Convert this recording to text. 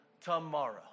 tomorrow